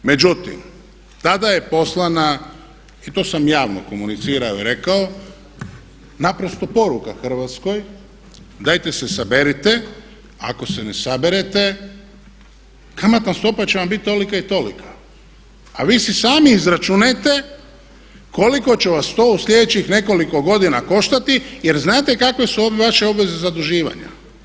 Međutim, tada je poslana, i to sam javno komunicirao i rekao, naprosto poruka Hrvatskoj dajte se saberite, ako se ne saberete kamatna stopa će vam biti tolika i tolika, a vi si sami izračunajte koliko će vas to u sljedećih nekoliko godina koštati jer znate kakve su vaše obveze zaduživanja.